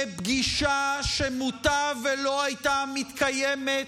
בפגישה שמוטב שלא הייתה מתקיימת,